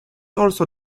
also